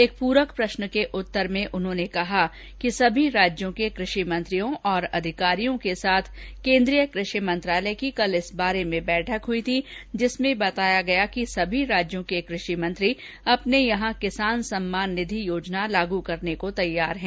एक प्रश्न के उत्तर में उन्होंने कहा कि सभी राज्यों के कृषि मंत्रियों और अधिकारियों के साथ केन्द्रीय कृषि मंत्रालय की कल इस बारे में बैठक हुई थी जिसमें बताया गया कि सभी राज्यों के कृषि मंत्री अपने यहां किसान सम्मान निधि योजना लागू करने को तैयार हैं